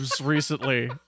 recently